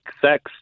sex